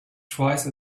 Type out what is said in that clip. twice